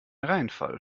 reinfall